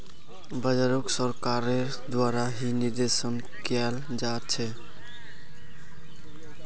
बाजारोक सरकारेर द्वारा ही निर्देशन कियाल जा छे